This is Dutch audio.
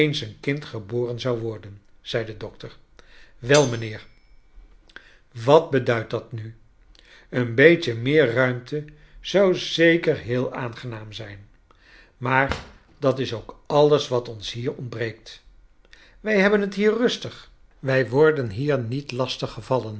een kind geboren zou worden zei de dokter wel mijnheer wat beduidt dat nu een beetje meer ruimte zou zeker heel aangenaam zijn maar dat is ook alles wat ons hier ontbreekt wij hebben t hier rustig wij worden hier niet lastig gevallen